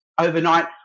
overnight